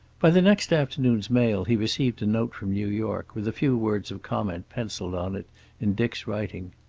by the next afternoon's mail he received a note from new york, with a few words of comment penciled on it in dick's writing.